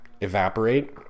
evaporate